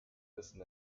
wissen